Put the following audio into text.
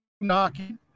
knocking